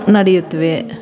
ನಡೆಯುತ್ತವೆ